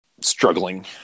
struggling